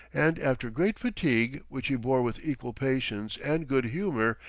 and after great fatigue, which he bore with equal patience and good-humour,